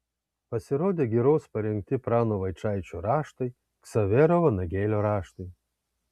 pasirodė giros parengti prano vaičaičio raštai ksavero vanagėlio raštai